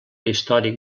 històric